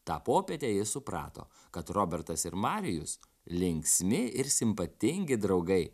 tą popietę jis suprato kad robertas ir marijus linksmi ir simpatingi draugai